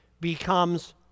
becomes